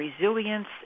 resilience